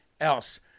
else